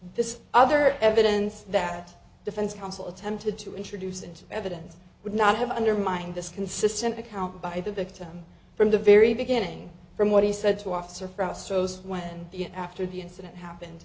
this other evidence that defense counsel attempted to introduce into evidence would not have undermined this consistent account by the victim from the very beginning from what he said to officer for astro's when after the incident happened